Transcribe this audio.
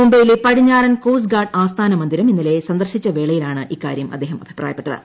മുംബൈയിലെ പടിഞ്ഞാറൻ coast guard ആസ്ഥാന മന്ദിരം ഇന്നലെ സന്ദർശിച്ചുവേളയിലാണ് ഇക്കാര്യം അദ്ദേഹം അഭിപ്രായപ്പെട്ടത്